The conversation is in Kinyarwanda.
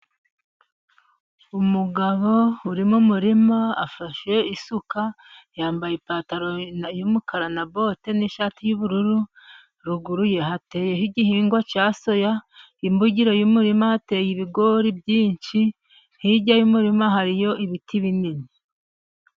Umugabo uri mu murima afashe isuka ,yambaye ipantaro y'umukara, na bote n'ishati y'ubururu, ruguru ye hateyeho igihingwa cya soya, imbugiro y'umurima hateye ibigori byinshi, hirya y'umurima hariyo ibiti binini.